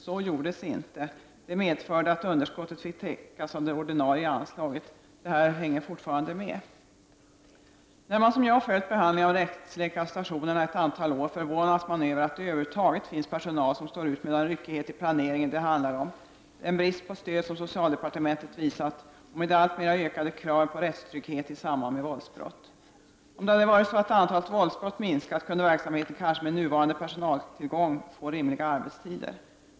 Så gjordes inte. Det medförde att underskottet fick täckas av det ordinarie anslaget. Det här hänger fortfarande med. När man som jag följt behandlingen av rättsläkarstationerna ett antal år, förvånas man över att det över huvud taget finns personal som står ut med den ryckighet i planeringen det handlar om, med den brist på stöd som socialdepartementet visat och med de alltmer ökade kraven på rättstrygghet i samband med våldsbrott. Om det varit så att antalet våldsbrott minskat, kunde verksamheten kanske med nuvarande personaltillgång få rimliga arbetstider.